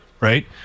right